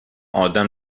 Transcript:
آدم